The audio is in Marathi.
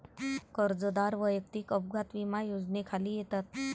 कर्जदार वैयक्तिक अपघात विमा योजनेखाली येतात